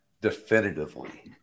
definitively